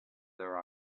their